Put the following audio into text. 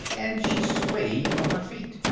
and she swayed on her feet.